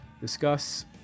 discuss